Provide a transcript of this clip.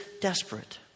desperate